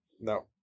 no